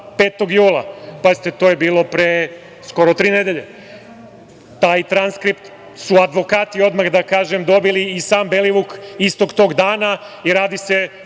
5. jula. Pazite, to je bilo pre skoro tri nedelje. Taj transkript su advokati odmah, da kažem, dobili i sam Belivuk, istog tog dana i radi se,